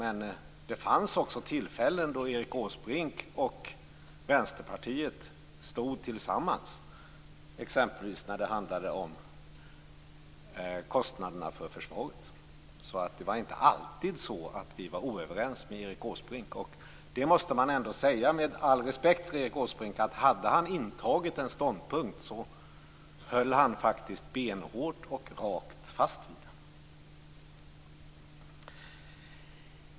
Men det fanns också tillfällen då Erik Åsbrink och Vänsterpartiet stod tillsammans, exempelvis när det handlade om kostnaderna för försvaret. Det var inte alltid så att vi var oense med Erik Åsbrink. Med all respekt för Erik Åsbrink måste man säga att hade han intagit en ståndpunkt höll han benhårt och rakt fast vid den.